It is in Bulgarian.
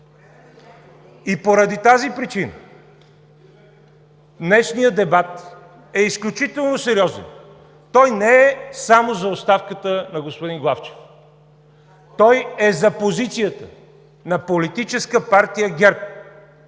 Поради тази причина днешният дебат е изключително сериозен. Той не е само за оставката на господин Главчев. Той е за позицията на Политическа партия ГЕРБ